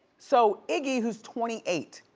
so iggy, who's twenty eight,